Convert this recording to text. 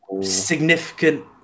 significant